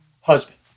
husband